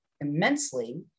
immensely